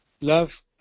Love